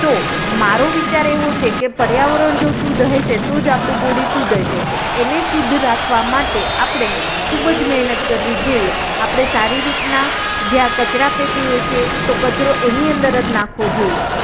તો મારો વિચાર એવો છે કે પર્યાવરણ જો શુદ્ધ હશે તો જ આપણું બોડી શુદ્ધ હશે તો એને શુદ્ધ રાખવા માટે આપણે ખૂબ જ મહેનત કરવી જોઈએ આપણે સારી રીતના જે આ કચરા પેટી હોય છે તો કચરો એની અંદર જ નાખવો જોઈએ